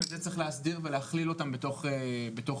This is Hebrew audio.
את זה צריך להסדיר ולהכליל אותם בתוך החוק,